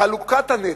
"חלוקת הנטל".